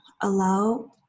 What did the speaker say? allow